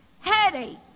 headache